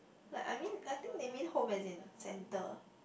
like I mean I think they mean home as in centre